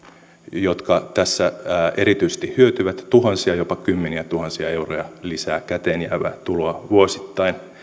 jotka tässä erityisesti hyötyvät tuhansia jopa kymmeniätuhansia euroja lisää käteen jäävää tuloa vuosittain